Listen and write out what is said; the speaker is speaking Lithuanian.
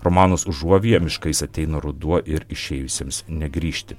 romanas užuovėja miškais ateina ruduo ir išėjusiems negrįžti